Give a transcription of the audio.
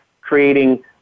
creating